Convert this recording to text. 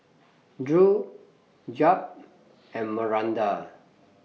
Drew Jep and Maranda